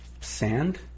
sand